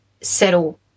settle